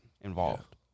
involved